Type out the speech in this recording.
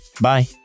Bye